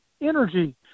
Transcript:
energy